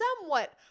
somewhat